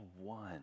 one